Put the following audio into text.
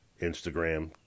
Instagram